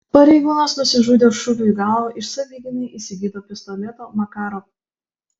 pareigūnas nusižudė šūviu į galvą iš savigynai įsigyto pistoleto makarov